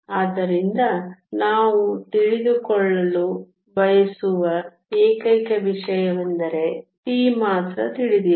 ಆದ್ದರಿಂದ ನಾವು ತಿಳಿದುಕೊಳ್ಳಲು ಬಯಸುವ ಏಕೈಕ ವಿಷಯವೆಂದರೆ T‵ ಮಾತ್ರ ತಿಳಿದಿಲ್ಲ